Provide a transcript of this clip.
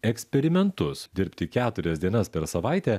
eksperimentus dirbti keturias dienas per savaitę